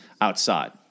outside